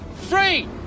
free